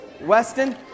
Weston